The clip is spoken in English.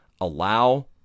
allow